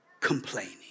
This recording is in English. complaining